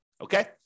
okay